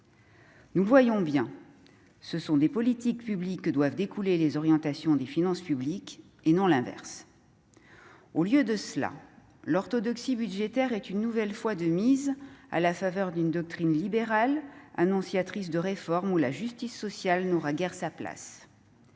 Nous le voyons bien : les orientations des finances publiques doivent découler des politiques publiques, et non l'inverse. Au lieu de cela, l'orthodoxie budgétaire est une nouvelle fois de mise, au nom d'une doctrine libérale annonciatrice de réformes où la justice sociale n'aura guère sa place.